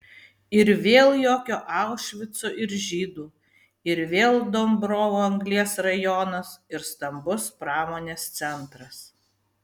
ir vėl jokio aušvico ir žydų ir vėl dombrovo anglies rajonas ir stambus pramonės centras